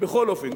בכל אופן,